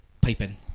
piping